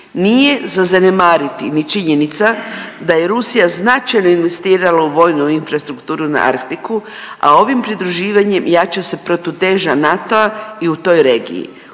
Nije za zanemariti ni činjenica je Rusija značajno investirala u vojnu infrastrukturu na Arktiku, a ovim pridruživanjem jača se protuteža NATO-a i u toj regiji.